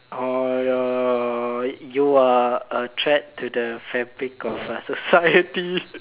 err you are a threat to the fabric of uh society